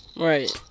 Right